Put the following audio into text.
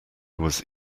was